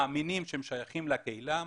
מאמינים שהם שייכים לקהילה,